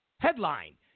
Headline